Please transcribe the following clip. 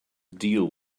deal